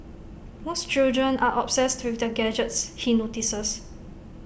most children are obsessed with their gadgets he notices